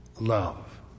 love